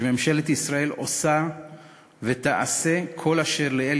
שממשלת ישראל עושה ותעשה כל אשר לאל